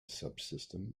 subsystem